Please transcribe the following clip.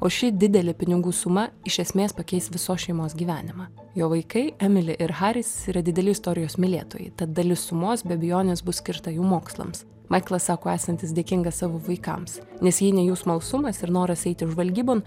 o ši didelė pinigų suma iš esmės pakeis visos šeimos gyvenimą jo vaikai emili ir haris yra dideli istorijos mylėtojai tad dalis sumos be abejonės bus skirta jų mokslams maiklas sako esantis dėkingas savo vaikams nes jei ne jų smalsumas ir noras eiti žvalgybon